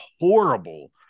horrible